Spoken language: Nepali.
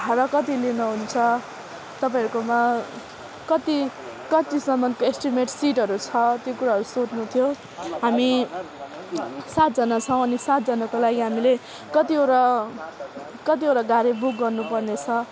भाडा कति लिनुहुन्छ तपाईँहरूकोमा कति कतिसम्मको एस्टिमेट सिटहरू छ त्यो कुराहरू सोध्नु थियो हामी सातजना छौँ अनि सातजनाको लागि हामीले कतिवटा कतिवटा गाडी बुक गर्नु पर्नेछ